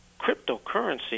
cryptocurrency